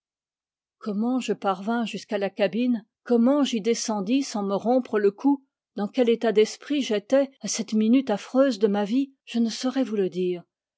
comment je parvins jusqu'à la cabine comment j'y descendis sans me rompre le cou dans quel état d'esprit j'étais à cette minute affreuse de ma vie je ne saurais vous le dire